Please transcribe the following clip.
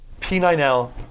P9L